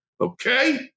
Okay